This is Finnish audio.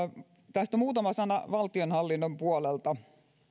muutama sana valtionhallinnon puolelta